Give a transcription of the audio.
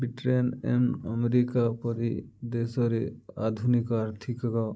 Britain and America ପରି ଦେଶରେ ଆଧୁନିକ ଆର୍ଥିକ